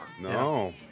No